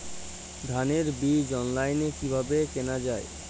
ধানের বীজ অনলাইনে কিভাবে কেনা যায়?